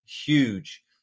huge